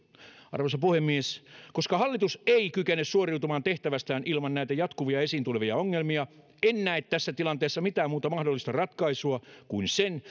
arvoisa puhemies koska hallitus ei kykene suoriutumaan tehtävästään ilman näitä jatkuvia esiin tulevia ongelmia en näe tässä tilanteessa mitään muuta mahdollista ratkaisua kuin sen